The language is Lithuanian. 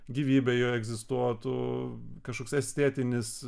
gyvybė joje egzistuotų kažkoks estetinis